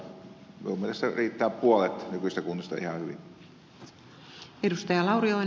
minun mielestäni riittää puolet nykyisistä kunnista ihan hyvin